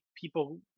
people